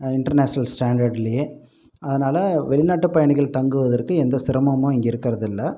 international ஸ்டாண்டட்லயே அதனால வெளிநாட்டு பயணிகள் தங்குவதற்கு எந்த சிரமமும் இங்கே இருக்கிறது இல்லை